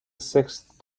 sixth